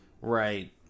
right